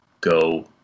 go